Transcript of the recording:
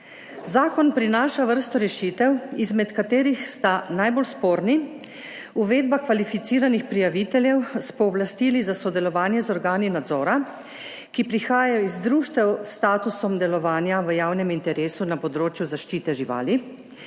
Zakon prinaša vrsto rešitev, izmed katerih sta najbolj sporni uvedba kvalificiranih prijaviteljev s pooblastili za sodelovanje z organi nadzora, ki prihajajo iz društev s statusom delovanja v javnem interesu na področju zaščite živali,